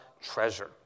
treasure